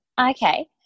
Okay